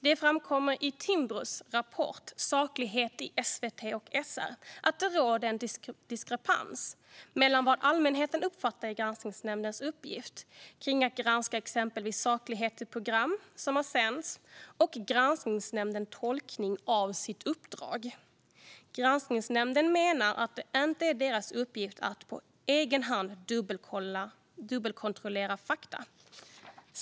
Det framkommer i Timbros rapport Saklighet en i SVT och SR att det råder en diskrepans mellan vad allmänheten uppfattar som Granskningsnämndens uppgift, att granska exempelvis saklighet i program som har sänts, och Granskningsnämndens tolkning av sitt uppdrag. Granskningsnämnden menar att det inte är deras uppgift att på egen hand dubbelkontrollera fakta.